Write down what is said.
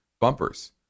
bumpers